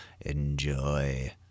Enjoy